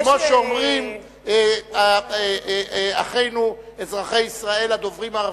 כמו שאומרים אחינו אזרחי ישראל הדוברים ערבית,